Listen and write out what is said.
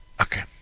Okay